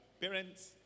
parents